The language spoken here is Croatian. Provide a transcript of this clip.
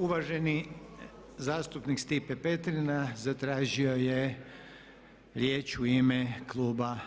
Uvaženi zastupnik Stipe Petrina zatražio je riječ u ime kluba